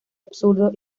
absurdo